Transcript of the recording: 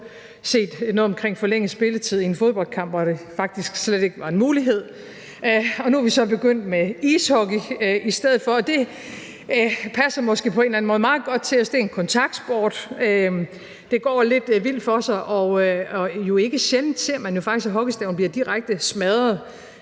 noget omkring forlænget spilletid i en fodboldkamp, hvor det faktisk slet ikke var en mulighed, og nu er vi så begyndt med ishockey i stedet for, og det passer måske på en eller anden måde meget godt til os. Det er en kontaktsport, det går lidt vildt for sig, og ikke sjældent ser man jo faktisk, at hockeystaven bliver direkte smadret